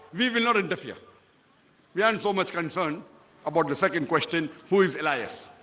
we will not interfere we aren't so much concerned about the second question. who is elias?